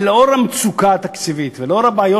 לנוכח המצוקה התקציבית ולנוכח הבעיות